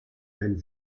wenn